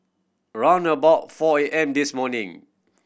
round about four A M this morning